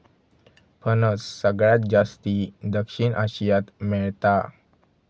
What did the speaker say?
फणस सगळ्यात जास्ती दक्षिण आशियात मेळता